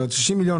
ירד ל-60 למיליון.